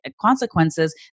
consequences